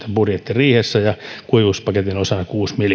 budjettiriihessä ja kuusi miljoonaa kuivuuspaketin osana